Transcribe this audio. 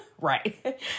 Right